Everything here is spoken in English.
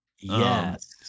Yes